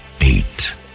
Eight